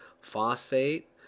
phosphate